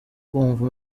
kumva